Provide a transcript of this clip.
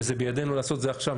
וזה בידינו לעשות את זה עכשיו,